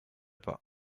pas